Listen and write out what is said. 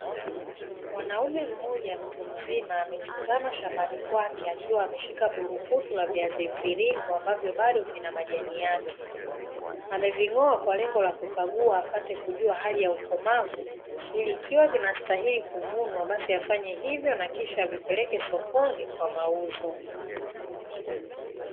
Mwanaume mmoja mtu mzima amechotama shambani kwake akiwa ameshika burungutu la viazi mviringo ambavyo bado vinamajani yake, ameving'oa kwa lengo la kukagua apate kujua hali ya ukomavu ili ikiwa vinastahili kuvunywa basi afanye hivyo na kisha avipeleke sokoni kwa mauzo.